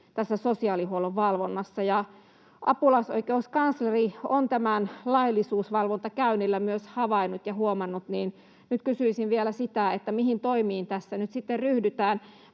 tässä sosiaalihuollon valvonnassa. Ja kun myös apulaisoikeuskansleri on tämän laillisuusvalvontakäynnillä havainnut ja huomannut, niin nyt kysyisin vielä sitä, mihin toimiin tässä nyt sitten ryhdytään.